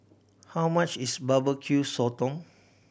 how much is Barbecue Sotong